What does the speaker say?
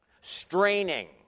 straining